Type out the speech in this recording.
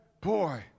Boy